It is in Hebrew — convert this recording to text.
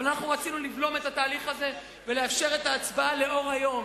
אבל אנחנו רצינו לבלום את התהליך הזה ולאפשר את ההצבעה לאור היום,